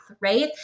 Right